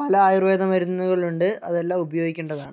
പല ആയുർവേദ മരുന്നുകളുണ്ട് അതെല്ലാം ഉപയോഗിക്കേണ്ടതാണ്